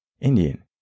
Indian